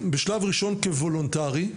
בשלב ראשון כוולונטרי,